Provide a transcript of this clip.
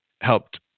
helped